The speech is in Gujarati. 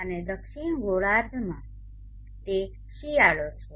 અને દક્ષિણ ગોળાર્ધમાં તે શિયાળો છે